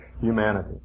humanity